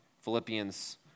Philippians